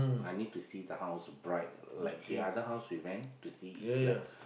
I need to see the house bright like the other house we went to see is like